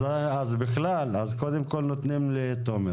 אז בכלל, אז קודם כל נותנים לתומר.